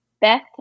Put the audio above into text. Beth